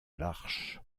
l’arche